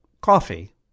coffee